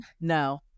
no